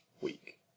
week